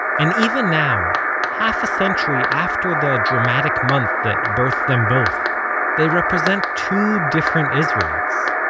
and even now half-a-century after the dramatic month that birthed them both they represent two different israels.